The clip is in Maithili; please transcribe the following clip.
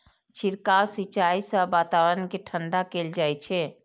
छिड़काव सिंचाइ सं वातावरण कें ठंढा कैल जाइ छै